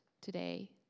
today